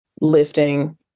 lifting